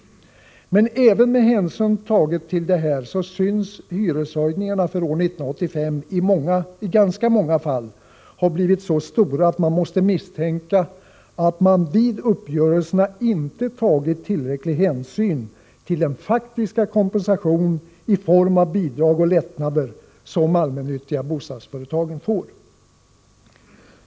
Även med hänsyn tagen till detta synes hyreshöjningarna för år 1985 i ganska många fall ha blivit så stora att man måste misstänka att man vid uppgörelserna inte tagit tillräcklig hänsyn till den faktiska kompensation i form av bidrag och lättnader som allmännyttiga bostadsföretag får.